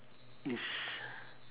is